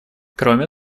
кроме